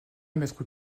maître